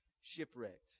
shipwrecked